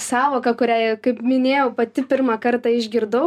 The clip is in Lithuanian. sąvoką kurią kaip minėjau pati pirmą kartą išgirdau